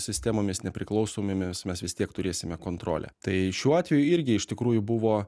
sistemomis nepriklausomi mes mes vis tiek turėsime kontrolę tai šiuo atveju irgi iš tikrųjų buvo